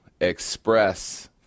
express